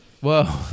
Whoa